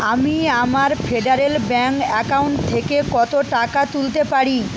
আমি আমার federal bank account থেকে কত টাকা তুলতে পারি